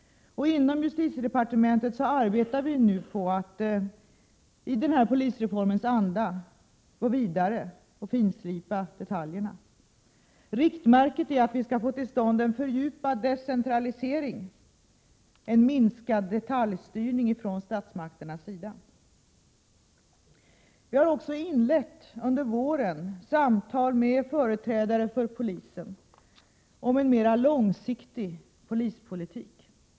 Inom justitiedepartementet arbetar vi nu på att gå vidare i polisreformens anda och finslipa detaljerna. Riktmärket är att få till stånd en fördjupad decentralisering och en minskad detaljstyrning från statsmakternas sida. Under våren har vi också inlett samtal med företrädare för polisen om en mera långsiktig polispolitik.